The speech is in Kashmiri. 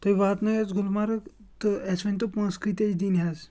تُہۍ واتنٲیِو اسہِ گُلمرگ تہٕ اَسہِ ؤنۍ تو پوںٛسہٕ کۭتیٛاہ چھِ دِنۍ حظ